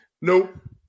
Nope